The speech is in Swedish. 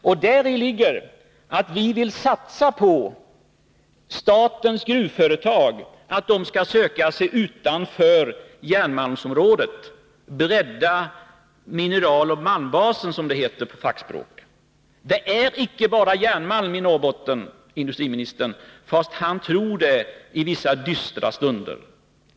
Det förslaget innebär att vi vill satsa på att statens gruvföretag skall söka sig utanför järnmalmsområdet, bredda mineraloch malmbasen, som det heter på fackspråk. Det finns icke bara järnmalm i Norrbotten, även om industriministern tror så i vissa dystra stunder.